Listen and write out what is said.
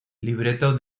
libreto